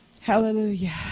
Hallelujah